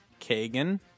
Kagan